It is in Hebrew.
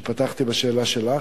שפתחתי בשאלה שלך: